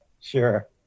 Sure